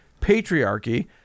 patriarchy